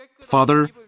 Father